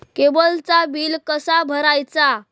केबलचा बिल कसा भरायचा?